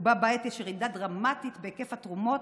ובה בעת יש ירידה דרמטית בהיקף התרומות,